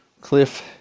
Cliff